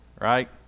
Right